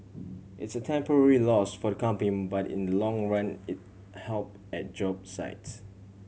it's a temporary loss for the company but in long run it'll help at job sites